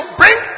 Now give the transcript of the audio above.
bring